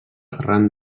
arran